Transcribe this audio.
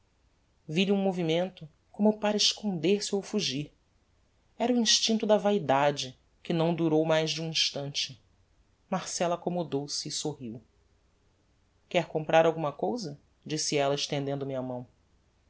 vi-lhe um movimento como para esconder-se ou fugir era o instincto da vaidade que não durou mais de um instante marcella accommodou se e sorriu quer comprar alguma cousa disse ella estendendo me a mão